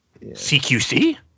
CQC